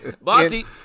Bossy